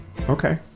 okay